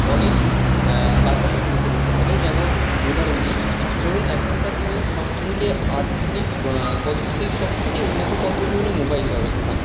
অনেক বাধার সম্মুখীন হতে হবে যেমন উদাহরণ দিই ধরুন এখনকার দিনের সব থেকে আধুনিক পদ্ধতির সব থেকে উন্নত পদ্ধতি হলো মোবাইল ব্যবস্থা